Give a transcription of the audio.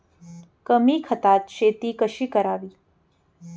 कमी खतात शेती कशी करावी?